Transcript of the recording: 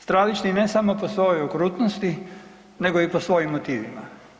Stravični ne samo po svojoj okrutnosti nego i po svojim motivima.